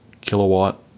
kilowatt